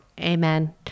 Amen